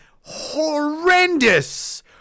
Horrendous